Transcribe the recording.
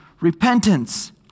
repentance